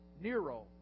Nero